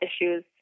issues